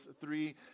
three